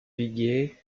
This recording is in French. viguier